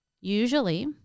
Usually